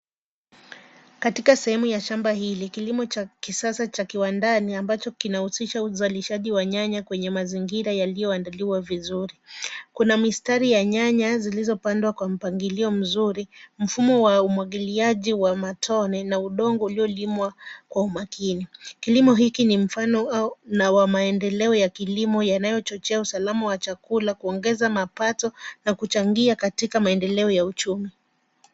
Katika sehemu ya shamba hili kilimo cha kisasa cha kiwandani ambacho kinahusisha uzalishaji wa nyanya kwenye mazingira yaliyoandaliwa vizuri. Kuna mistari ya nyanya zilizopandwa kwa mpangilio mzuri. Mfumo wa umwagiliaji wa matone na udongo uliolimwa kwa makini. Kilimo hiki ni mfano wa maendeleo ya kilimo; yanayochochea usalama wa chakula, kuongeza mapato ya kuchangia katika maendeleo ya uchumi.